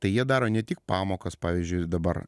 tai jie daro ne tik pamokas pavyzdžiui dabar